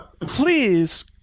Please